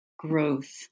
growth